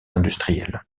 industriels